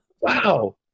Wow